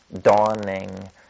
dawning